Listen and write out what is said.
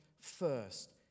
first